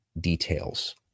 details